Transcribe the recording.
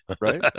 Right